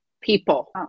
people